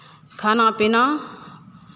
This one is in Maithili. खाना पीना